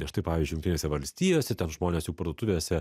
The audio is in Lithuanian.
ir štai pavyzdžiui jungtinėse valstijose ten žmonės juk parduotuvėse